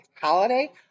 Holiday